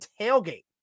tailgate